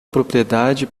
propriedade